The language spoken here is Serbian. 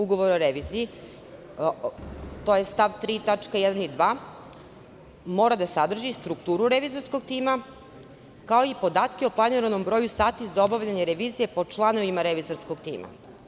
Ugovora o reviziji, to je stav 3. tačke 1. i 2. mora da sadrži strukturu revizorskog tima, kao i podatke o planiranom broju sati za obavljanje revizije po članovima revizorskog tima.